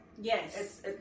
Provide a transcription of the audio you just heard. Yes